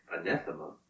Anathema